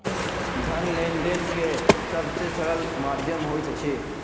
धन लेन देन के सब से सरल माध्यम होइत अछि